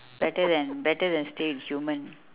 better than better than stay with human